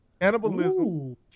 cannibalism